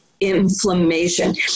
inflammation